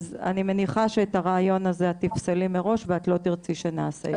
אז אני מניחה שאת הרעיון הזה את תפסלי מראש ואת לא תרצי שנעשה את זה.